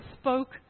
spoke